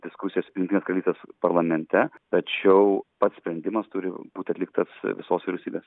diskusijas jungtinės karalystės parlamente tačiau pats sprendimas turi būti atliktas visos vyriausybės